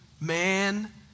Man